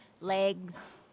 legs